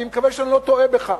אני מקווה שאני לא טועה בך.